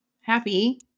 Happy